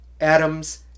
atoms